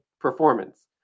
performance